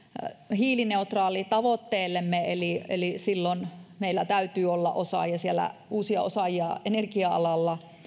hiilineutraaliustavoitteellemme eli eli silloin meillä täytyy olla uusia osaajia energia alalla